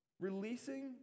releasing